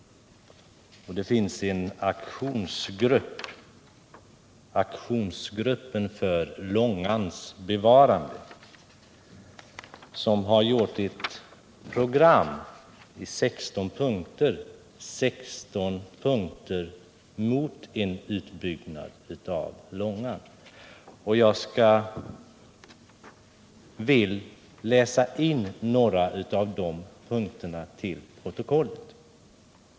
Det finns en aktionsgrupp — aktionsgruppen för Långans bevarande — som har gjort ett program i 16 punkter mot en utbyggnad av Långan. Jag vill läsa in några av de punkterna till protokollet.